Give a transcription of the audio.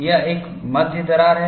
यह एक मध्य दरार है